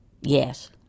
Yes